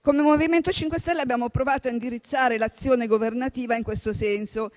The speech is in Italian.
Come MoVimento 5 Stelle abbiamo provato a indirizzare l'azione governativa in questo senso.